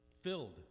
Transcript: filled